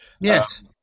Yes